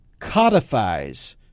codifies